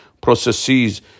processes